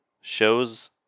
shows